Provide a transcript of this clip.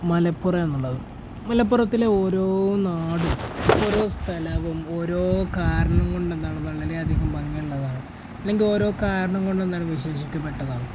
മലപ്പുറം എന്നുള്ളത് മലപ്പുറത്തിലെ ഓരോ നാടും ഓരോ സ്ഥലവും ഓരോ കാരണംകൊണ്ടെന്താണ് വളരെയധികം ഭംഗിയുള്ളതാണ് അല്ലെങ്കിൽ ഓരോ കാരണംകൊണ്ട് എന്താണ് വിശേഷിക്കപ്പെട്ടതാണ്